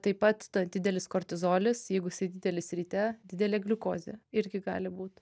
taip pat ta didelis kortizolis jeigu jisai didelis ryte didelė gliukozė irgi gali būt